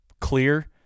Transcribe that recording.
clear